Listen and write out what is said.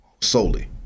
solely